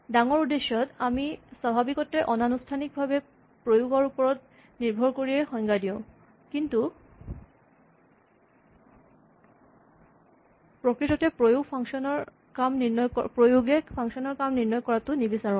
ডাঙৰ উদ্দেশ্যত আমি স্বাভাৱিকতে অনানুষ্টানিকভাৱে প্ৰয়োগৰ ওপৰত নিৰ্ভৰ কৰিয়েই সংজ্ঞা দিওঁ কিন্তু প্ৰকৃততে প্ৰয়োগে ফাংচন ৰ কাম নিৰ্ণয় কৰাটো নিবিচাৰোঁ